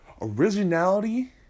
originality